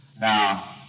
Now